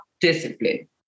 discipline